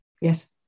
yes